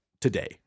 today